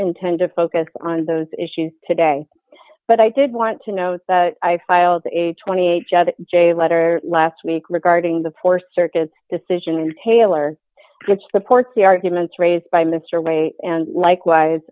intend to focus on those issues today but i did want to note that i filed a twenty eight j letter last week regarding the poor circuit decision and taylor that supports the arguments raised by mr ray and likewise